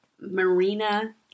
Marina